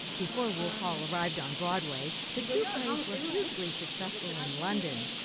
before wolf hall arrived on broadway the two plays were hugely successful in london.